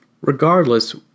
Regardless